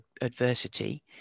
adversity